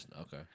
Okay